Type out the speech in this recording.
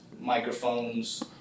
microphones